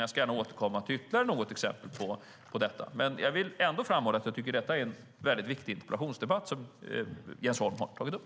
Jag återkommer gärna med ytterligare exempel på detta. Men jag vill ändå framhålla att jag tycker att detta är en väldigt viktig interpellationsdebatt som Jens Holm har tagit upp.